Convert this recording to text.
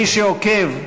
מי שעוקב,